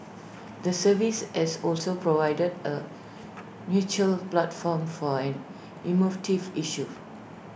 the service has also provided A neutral platform for an emotive issue